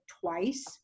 twice